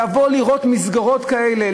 לבוא ולראות מסגרות כאלה,